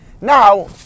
Now